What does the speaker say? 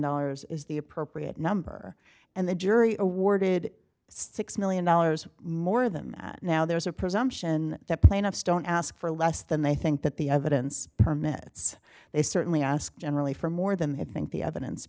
dollars is the appropriate number and the jury awarded six million dollars more than that now there is a presumption that plaintiffs don't ask for less than i think that the evidence permits they certainly ask generally for more than i think the evidence